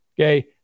Okay